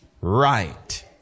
right